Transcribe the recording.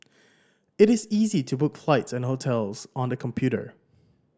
it is easy to book flights and hotels on the computer